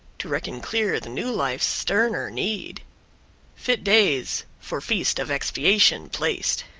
to reckon clear the new life's sterner need fit days, for feast of expiation placed!